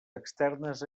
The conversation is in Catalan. externes